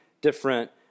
different